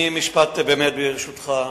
ברשותך,